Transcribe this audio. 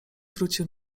wrócił